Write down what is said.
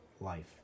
life